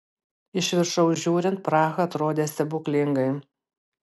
iš viršaus žiūrint praha atrodė stebuklingai